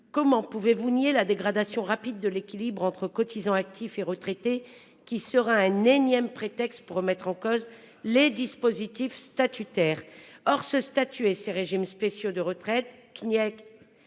Comment pouvez-vous nier la dégradation rapide de l'équilibre entre cotisants actifs et retraités, qui constituera un énième prétexte pour remettre en cause les dispositifs statutaires ? Or ce statut et ces régimes spéciaux de retraite et